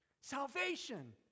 Salvation